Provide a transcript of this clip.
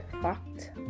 fact